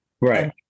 Right